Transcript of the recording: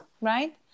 right